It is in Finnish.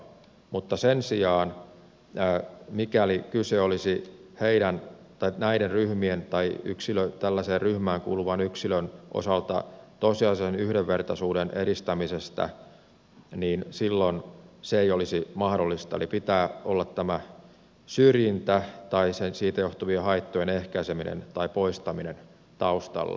mutta sen sijaan mikäli kyse olisi näiden ryhmien tai tällaiseen ryhmään kuuluvan yksilön osalta tosiasiallisen yhdenvertaisuuden edistämisestä niin silloin se ei olisi mahdollista eli pitää olla tämä syrjintä tai siitä johtuvien haittojen ehkäiseminen tai poistaminen taustalla